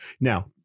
Now